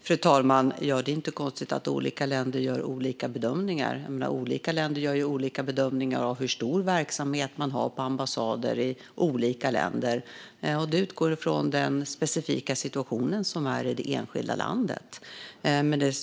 Fru talman! Det är inte konstigt att olika länder gör olika bedömningar. Olika länder gör ju olika bedömningar av hur stor verksamhet man har på ambassader i olika länder, vilket utgår från den specifika situationen i det enskilda landet.